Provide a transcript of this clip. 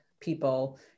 people